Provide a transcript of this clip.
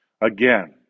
Again